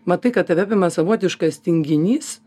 matai kad tave apima savotiškas tinginys